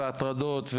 הטרדות,